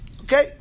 Okay